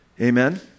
Amen